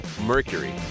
Mercury